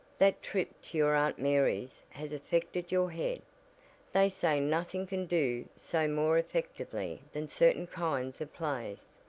that trip to your aunt mary's has affected your head they say nothing can do so more effectively than certain kinds of plays.